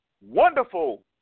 wonderful